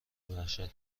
وحشت